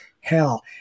hell